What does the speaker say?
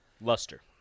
luster